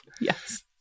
Yes